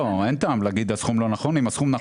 אין טעם להגיד שהסכום לא נכון, אם הסכום נכון.